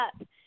up